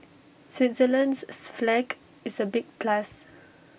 Switzerland's flag is A big plus